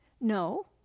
No